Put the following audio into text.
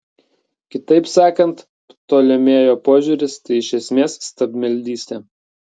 kitaip sakant ptolemėjo požiūris tai iš esmės stabmeldystė